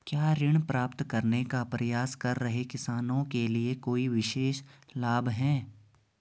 क्या ऋण प्राप्त करने का प्रयास कर रहे किसानों के लिए कोई विशेष लाभ हैं?